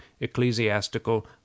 ecclesiastical